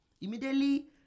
Immediately